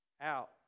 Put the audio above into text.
out